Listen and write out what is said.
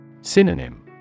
Synonym